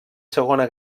segona